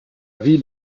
ville